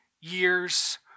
years